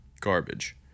garbage